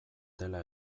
dela